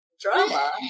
drama